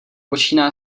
počíná